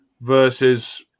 versus